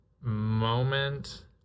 moment